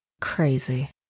Crazy